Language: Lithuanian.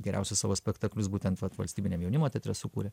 geriausius savo spektaklius būtent vat valstybiniam jaunimo teatre sukūrė